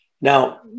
Now